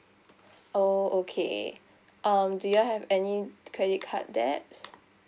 oh okay um do you all have any credit card debts